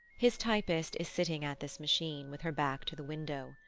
his typist is sitting at this machine, with her back to the window.